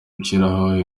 gushyiraho